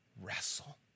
Wrestle